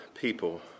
people